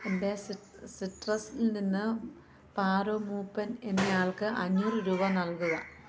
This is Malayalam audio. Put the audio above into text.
എൻ്റെ സിട്രസിൽ നിന്ന് പാറു മൂപ്പൻ എന്നയാൾക്ക് അഞ്ഞൂറ് രൂപ നൽകുക